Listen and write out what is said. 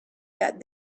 that